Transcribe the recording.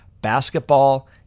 basketball